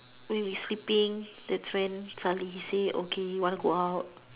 when we sleeping that's when suddenly he say okay want go out